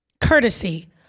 Courtesy